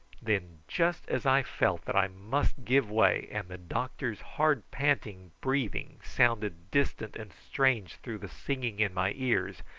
then just as i felt that i must give way, and the doctor's hard panting breathing sounded distant and strange through the singing in my ears,